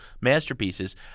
masterpieces